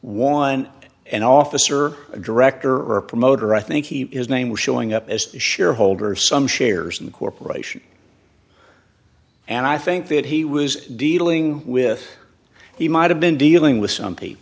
one an officer a director or a promoter i think he is name was showing up as a shareholder of some shares in the corporation and i think that he was dealing with he might have been dealing with some